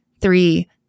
three